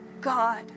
God